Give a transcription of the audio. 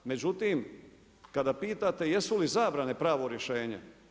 Međutim, kada pitate jesu li zabrane pravo rješenje.